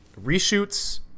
reshoots